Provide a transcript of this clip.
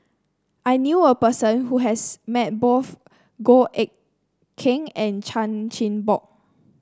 I knew a person who has met both Goh Eck Kheng and Chan Chin Bock